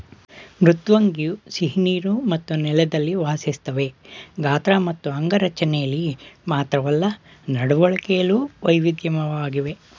ಮೃದ್ವಂಗಿಯು ಸಿಹಿನೀರು ಮತ್ತು ನೆಲದಲ್ಲಿ ವಾಸಿಸ್ತವೆ ಗಾತ್ರ ಮತ್ತು ಅಂಗರಚನೆಲಿ ಮಾತ್ರವಲ್ಲ ನಡವಳಿಕೆಲು ವೈವಿಧ್ಯಮಯವಾಗಿವೆ